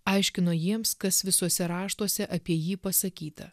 aiškino jiems kas visuose raštuose apie jį pasakyta